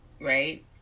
right